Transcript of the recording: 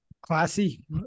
classy